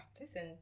Listen